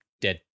dead